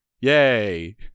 Yay